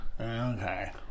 Okay